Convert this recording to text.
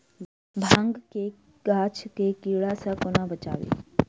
भांग केँ गाछ केँ कीड़ा सऽ कोना बचाबी?